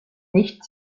nicht